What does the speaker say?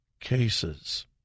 cases